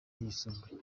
yisumbuye